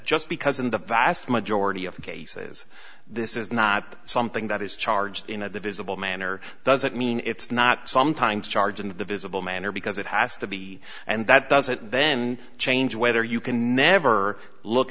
just because in the vast majority of cases this is not something that is charged in a the visible manner doesn't mean it's not sometimes charged in the visible manner because it has to be and that doesn't then change whether you can never look